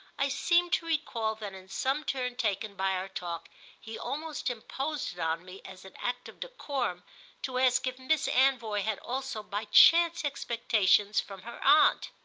i seem to recall that in some turn taken by our talk he almost imposed it on me as an act of decorum to ask if miss anvoy had also by chance expectations from her aunt.